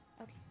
Okay